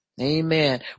Amen